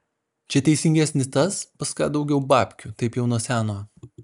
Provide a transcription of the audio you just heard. čia teisingesnis tas pas ką daugiau babkių taip jau nuo seno